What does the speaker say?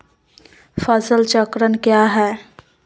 फसल चक्रण क्या है?